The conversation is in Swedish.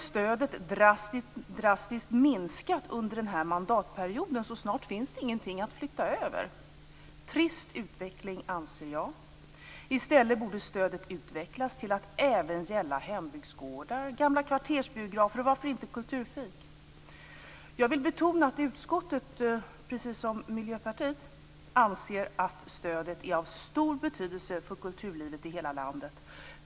Stödet har ju drastiskt minskat under den här mandatperioden, så snart finns det ingenting att flytta över. Det är en trist utveckling, anser jag. I stället borde stödet utvecklas till att även gälla hembygdsgårdar, gamla kvartersbiografer och varför inte kulturfik. Jag vill betona att utskottet, precis som Miljöpartiet, anser att stödet är av stor betydelse för kulturlivet i hela landet.